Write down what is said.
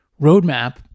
roadmap